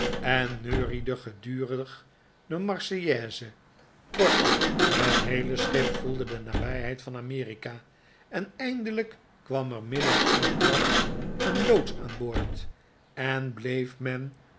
en neuriede gedurig de marseillaise kortom het heele schip voelde de nabijheid van amerika en eindelijk kwam er midden in den nacht een loods aan boord en bleef men